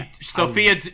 Sophia